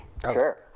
Sure